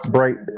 Bright